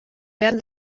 werden